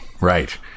Right